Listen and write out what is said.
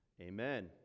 amen